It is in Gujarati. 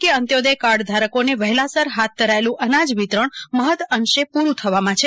કે અંત્યોદય કાર્ડધારકોને વહેલાસર હાથ ધરાયેલુ અનાજ વિતરણ મહદ અંશે પુરુ થવામાં છે